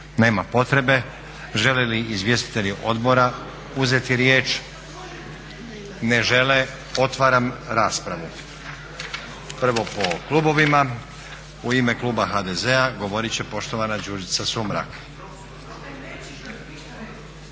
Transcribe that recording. Nema potrebe. Žele li izvjestitelji odbora uzeti riječ? Ne žele. Otvaram raspravu. Prvo po klubovima. U ime kluba HDZ-a govorit će poštovana Đurđica Sumrak.